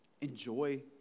Enjoy